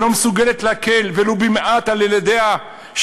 שלא מסוגלת להקל ולו במעט על ילדיה,